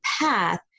path